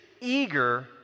eager